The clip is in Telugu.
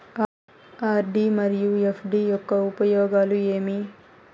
ఆర్.డి మరియు ఎఫ్.డి యొక్క ఉపయోగాలు ఏమి?